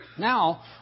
Now